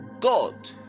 God